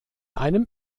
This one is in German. einem